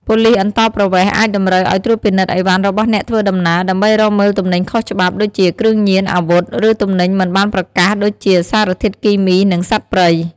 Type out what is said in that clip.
ប៉ូលិសអន្តោប្រវេសន៍ អាចតម្រូវឱ្យត្រួតពិនិត្យឥវ៉ាន់របស់អ្នកធ្វើដំណើរ ដើម្បីរកមើលទំនិញខុសច្បាប់ ដូចជា គ្រឿងញៀន អាវុធ ឬទំនិញមិនបានប្រកាស ដូចជា សារធាតុគីមី និងសត្វព្រៃ។